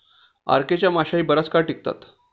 RK च्या माश्याही बराच काळ टिकतात